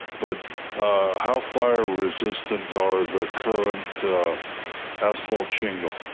but how fire resistant are the current asphalt shingle?